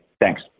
Thanks